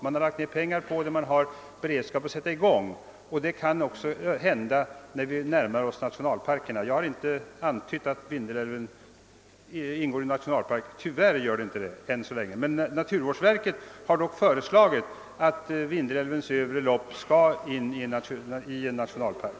Man har lagt ner pengar på företaget, och man är beredd att sätta i gång. Så kan också bli förhållandet när vi kommer i närheten av nationalparkerna. Jag har inte antytt att Vindelälven ingår i någon nationalpark — tyvärr gör den inte det ännu så Jänge! Naturvårdsverket har dock föreslagit att Vindelälvens övre lopp skall komma att ingå i en ny nationalpark.